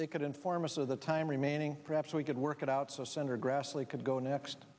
they could inform us of the time remaining perhaps we could work it out so senator grassley could go next